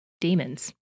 Demons